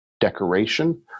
decoration